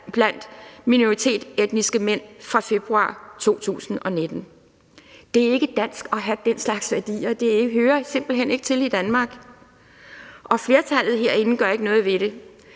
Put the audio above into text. blandt minoritetsetniske mænd fra februar 2019. Det er ikke dansk at have den slags værdier; det hører simpelt hen ikke til i Danmark. Og flertallet herinde gør ikke noget ved det.